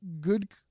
good